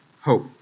hope